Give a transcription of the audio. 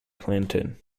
clinton